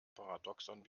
paradoxon